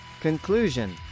conclusion